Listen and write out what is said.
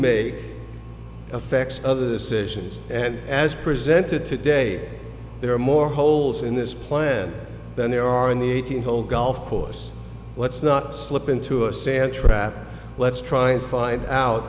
may affects other the situations and as presented today there are more holes in this plan than there are in the eighteen hole golf course let's not slip into a sand trap let's try and find out